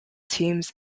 teams